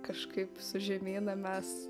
kažkaip su žemyna mes